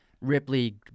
Ripley